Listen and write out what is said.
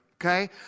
okay